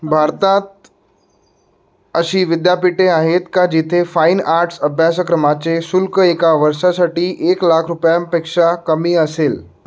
भारतात अशी विद्यापीठे आहेत का जिथे फाईन आर्ट्स अभ्यासक्रमाचे शुल्क एका वर्षासाठी एक लाख रुपयांपेक्षा कमी असेल